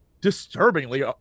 disturbingly